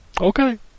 Okay